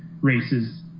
races –